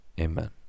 Amen